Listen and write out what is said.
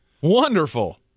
Wonderful